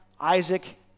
Isaac